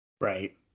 Right